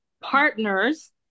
partners